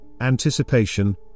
anticipation